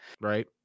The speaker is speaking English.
Right